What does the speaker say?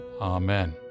Amen